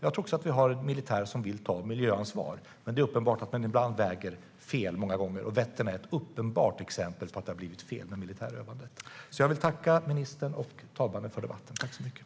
Jag tror också att vi har en militär som vill ta miljöansvar, men ibland väger man fel. Vättern är ett uppenbart exempel på att det har blivit fel med militärövandet.